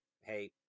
hey